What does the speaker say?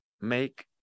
make